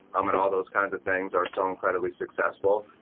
um and all those kinds of things are so incredibly successful.